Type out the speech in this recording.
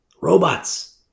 Robots